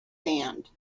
hand